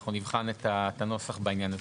אנחנו נבחן את הנוסח בעניין הזה.